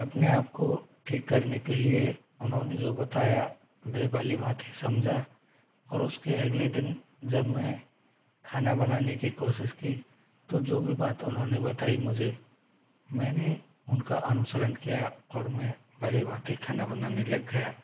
अपने आप को ठीक करने के लिए उन्होंने जो बताया वह भली भाँति समझा और उसके अगले दिन जब मैं खाना बनाने की कोशिश की तो जो भी बात उन्होंने बताई मुझे मैंने उनका अनुसरण किया और मैं भली भाँति खाना बनाने लग गया